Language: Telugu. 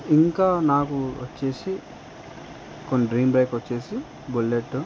ఇంకా నాకు వచ్చేసి కొన్ని డ్రీమ్ బైక్ వచ్చేసి బుల్లెట్